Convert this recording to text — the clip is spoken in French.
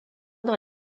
dans